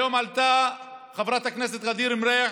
היום עלתה חברת הכנסת ע'דיר מריח,